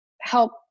help